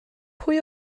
pwy